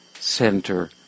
center